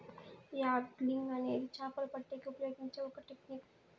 angling అనేది చాపలు పట్టేకి ఉపయోగించే ఒక టెక్నిక్